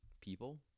people